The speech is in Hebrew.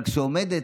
אבל כשעומדת,